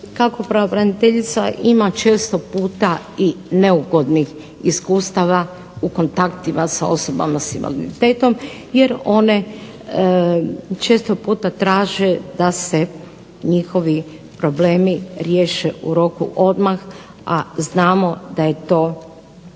kako pravobraniteljica ima često puta i neugodnih iskustava u kontaktima s osobama s invaliditetom jer one često puta traže da se njihovi problemi riješe u roku odmah, a znamo da je to u velikom